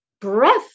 breath